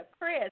Chris